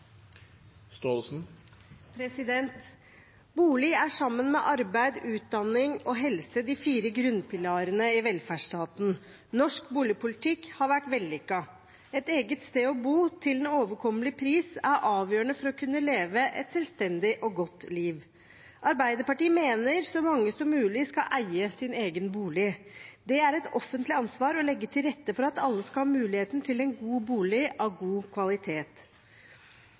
til. Bolig er, sammen med arbeid, utdanning og helse, en av de fire grunnpilarene i velferdsstaten. Norsk boligpolitikk har vært vellykket. Et eget sted å bo til en overkommelig pris er avgjørende for å kunne leve et selvstendig og godt liv. Arbeiderpartiet mener at så mange som mulig skal eie sin egen bolig. Det er et offentlig ansvar å legge til rette for at alle skal ha muligheten til en god bolig av god kvalitet.